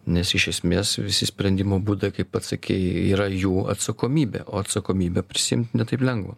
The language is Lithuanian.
nes iš esmės visi sprendimo būdai kaip pats sakei yra jų atsakomybė o atsakomybę prisiimt ne taip lengva